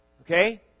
Okay